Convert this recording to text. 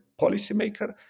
policymaker